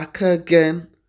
again